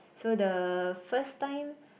so the first time